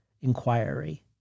inquiry